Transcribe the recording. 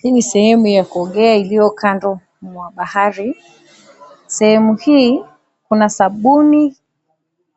Hii ni sehemu ya kuongea iliyo kando mwa bahari. Sehemu hii kuna sabuni